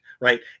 right